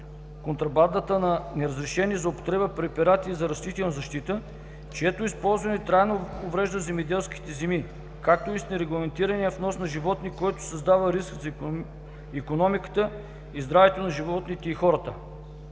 контрабандата на неразрешени за употреба препарати за растителна защита, чието използване трайно уврежда земеделските земи, както и с нерегламентираният внос на животни, който създава риск за икономиката и за здравето на животните и хората.